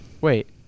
Wait